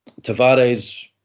Tavares